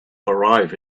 arrive